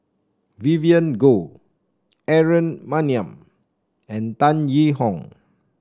Vivien Goh Aaron Maniam and Tan Yee Hong